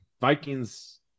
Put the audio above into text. Vikings